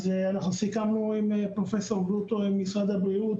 אז אנחנו סיכמנו עם פרופ' גרוטו ממשרד הבריאות